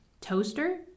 toaster